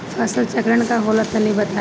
फसल चक्रण का होला तनि बताई?